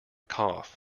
cough